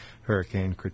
Hurricane